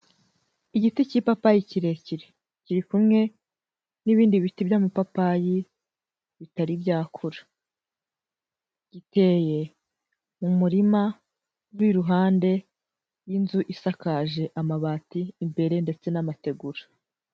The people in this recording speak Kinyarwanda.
Igiti cy'ipapayi kirekire kiri kumwe n'ibindi biti by'amapapayi bitari byakura, giteye mu murima uri iruhande y'inzu isakaje amabati imbere ndetse n'amategura.